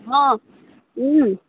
অঁ